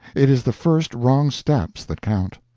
it is the first wrong step that counts.